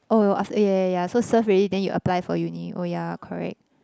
oh after A yeah yeah yeah so serve already then you apply for uni oh yeah correct